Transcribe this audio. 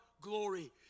glory